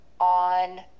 On